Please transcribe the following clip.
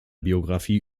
biografie